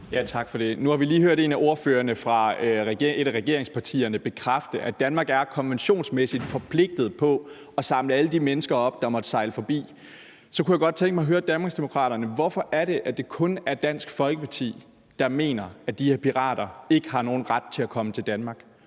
Tak for det. Nu har vi lige hørt en af ordførerne fra et af regeringspartierne bekræfte, at Danmark konventionsmæssigt er forpligtet på at samle alle de mennesker op, der måtte sejle forbi. Så kunne jeg godt tænke mig at høre Danmarksdemokraterne: Hvorfor er det, at det kun er Dansk Folkeparti, der mener, at de her pirater ikke har nogen ret til at komme til Danmark?